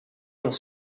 dans